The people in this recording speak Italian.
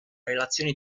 relazioni